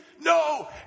no